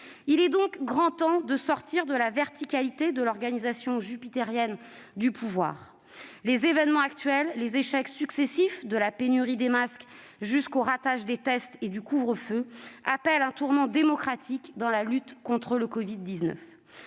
Il est donc grand temps de sortir de la verticalité, de l'organisation jupitérienne du pouvoir. Les événements actuels, les échecs successifs, de la pénurie des masques jusqu'aux ratages des tests et du couvre-feu, appellent un tournant démocratique dans la lutte contre le covid-19.